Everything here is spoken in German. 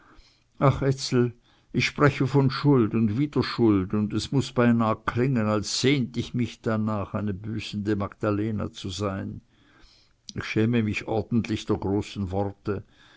ach ezel ich spreche von schuld und wieder schuld und es muß beinah klingen als sehnt ich mich danach eine büßende magdalena zu sein ich schäme mich ordentlich der großen worte